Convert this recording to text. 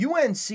UNC